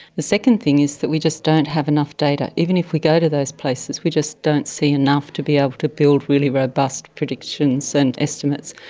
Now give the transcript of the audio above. the second thing is that we just don't have enough data. even if we go to those places we just don't see enough to be able to build really robust predictions and estimates.